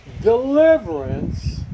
deliverance